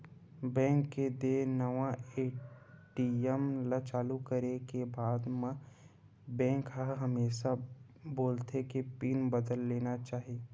bank के देय नवा ए.टी.एम ल चालू करे के बाद म बेंक ह हमेसा बोलथे के पिन बदल लेना चाही